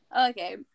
Okay